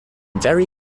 very